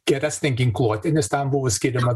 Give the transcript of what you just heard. geresnę ginkluotę nes tam buvo skiriama